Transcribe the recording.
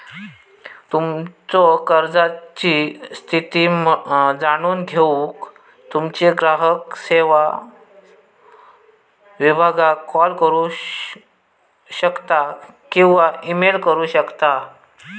तुमच्यो कर्जाची स्थिती जाणून घेऊक तुम्ही ग्राहक सेवो विभागाक कॉल करू शकता किंवा ईमेल करू शकता